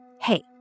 Hey